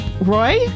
Roy